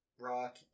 rock